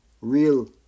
real